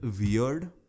weird